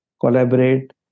collaborate